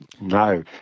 No